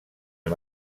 amb